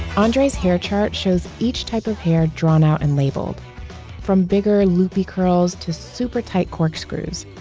andre's hair chart shows each type of hair drawn out and labeled from bigger loopy curls to super tight corkscrews.